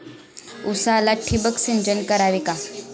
उसाला ठिबक सिंचन करावे का?